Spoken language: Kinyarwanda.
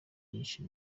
bwinshi